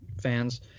fans